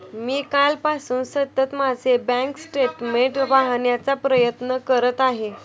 मी कालपासून सतत माझे बँक स्टेटमेंट्स पाहण्याचा प्रयत्न करत आहे